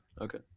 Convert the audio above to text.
Okay